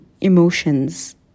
emotions